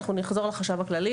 אז נחזור לחשב הכללי,